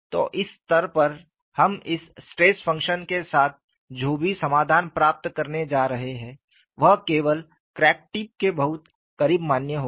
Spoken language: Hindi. तो इस स्तर पर हम इस स्ट्रेस फंक्शन के साथ जो भी समाधान प्राप्त करने जा रहे हैं वह केवल क्रैक टिप के बहुत करीब मान्य होगा